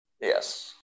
Yes